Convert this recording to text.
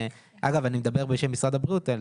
אגב, אני מדבר בשם משרד הבריאות אבל